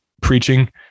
preaching